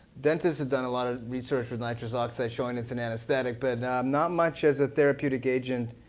dentists have done a lot of research with nitrous oxide showing it's an anesthetic, but not much as a therapeutic agent.